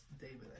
David